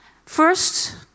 First